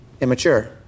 immature